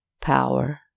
power